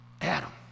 Adam